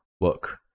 work